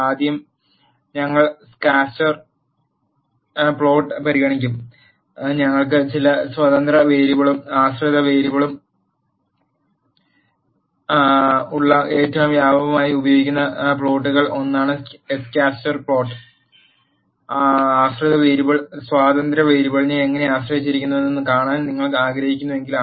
ആദ്യം ഞങ്ങൾ scatter plot പരിഗണിക്കും ഞങ്ങൾക്ക് ചില സ്വതന്ത്ര വേരിയബിളും ആശ്രിത വേരിയബിളും ഉള്ള ഏറ്റവും വ്യാപകമായി ഉപയോഗിക്കുന്ന പ്ലോട്ടുകളിൽ ഒന്നാണ് സ് കാറ്റർ പ്ലോട്ട് ആശ്രിത വേരിയബിൾ സ്വതന്ത്ര വേരിയബിളിനെ എങ്ങനെ ആശ്രയിച്ചിരിക്കുന്നുവെന്ന് കാണാൻ നിങ്ങൾ ആഗ്രഹിക്കുമ്പോൾ